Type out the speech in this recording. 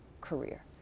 career